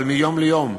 אבל מיום ליום,